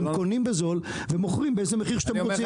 אתם קונים בזול ומוכרים באיזה מחיר שאתם רוצים.